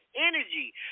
energy